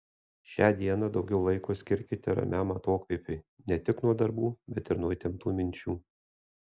šią dieną daugiau laiko skirkite ramiam atokvėpiui ne tik nuo darbų bet ir nuo įtemptų minčių